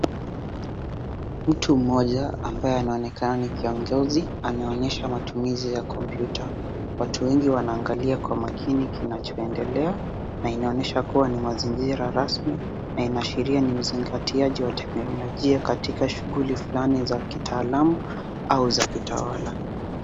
Mtu mmoja ambaye anaonekana ni kiongozi. Anaonyesha matumizi ya kompyuta. Watu wengi wanaangalia kwa makini kinachoendelea na inaonesha kuwa ni mazingira rasmi na inashiria ni msingatiaji wa teknolojia katika shughuli fulani za kitaalamu au za kitawala.